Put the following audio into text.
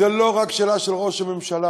זו לא רק שאלה של ראש הממשלה,